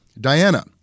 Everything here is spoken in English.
Diana